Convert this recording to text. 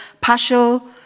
partial